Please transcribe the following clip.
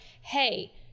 hey